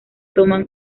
toman